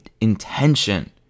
intention